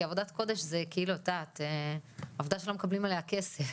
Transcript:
כי עבודת קודש זו כאילו עבודה שלא מקבלים עליה כסף.